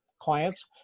clients